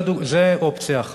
זו אופציה אחת.